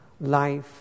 life